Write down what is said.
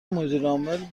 مدیرعامل